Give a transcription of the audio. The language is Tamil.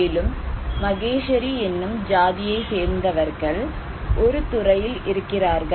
மேலும் மகேஷரி என்னும் ஜாதியை சேர்ந்தவர்கள் ஒரு துறையில் இருக்கிறார்கள்